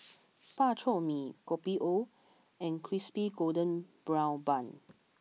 Bak Chor Mee Kopi O and Crispy Golden Brown Bun